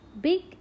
Big